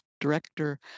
director